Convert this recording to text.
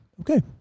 okay